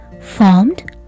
formed